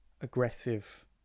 aggressive